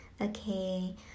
Okay